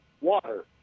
Water